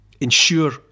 ensure